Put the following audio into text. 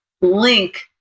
link